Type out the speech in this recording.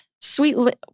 sweet